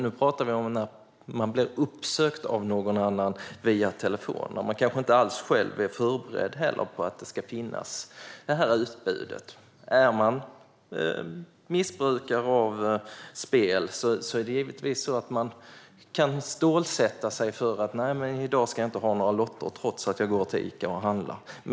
Nu talar vi om att man blir uppsökt av någon annan via telefon. Man kanske inte heller är förberedd på att det här utbudet finns. Är man missbrukare av spel kan man stålsätta sig och tänka: I dag ska jag inte ha några lotter trots att jag går till Ica och handlar.